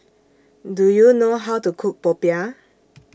Do YOU know How to Cook Popiah